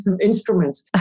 instrument